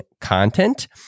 content